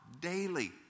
daily